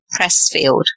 Pressfield